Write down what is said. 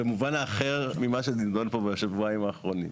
במובן אחר ממה שנידון פה בשבועיים האחרונים.